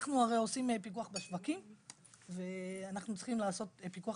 אנחנו הרי עושים פיקוח בשווקים ואנחנו צריכים לעשות פיקוח